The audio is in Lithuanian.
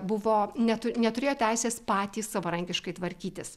buvo netu neturėjo teisės patys savarankiškai tvarkytis